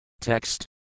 Text